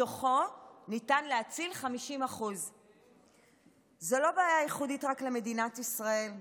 מתוכו ניתן להציל 50%. זו לא בעיה ייחודית למדינת ישראל,